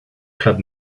club